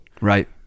Right